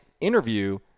interview